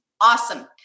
Awesome